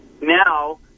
Now